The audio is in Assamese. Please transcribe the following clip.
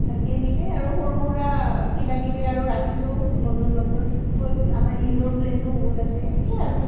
বাকী এনেকৈয়ে আৰু সৰু সুৰা কিবা কিবি আৰু ৰাখিছোঁ নতুন নতুন ফুল আমাৰ ইনডোৰ প্লেণ্টো বহুত আছে এনেকৈয়ে আৰু